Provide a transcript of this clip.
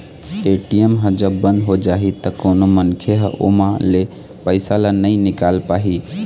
ATM ह जब बंद हो जाही त कोनो मनखे ह ओमा ले पइसा ल नइ निकाल पाही